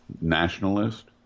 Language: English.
nationalist